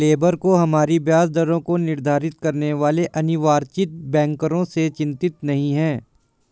labour को हमारी ब्याज दरों को निर्धारित करने वाले अनिर्वाचित बैंकरों से चिंतित नहीं है